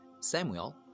Samuel